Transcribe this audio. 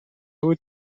بود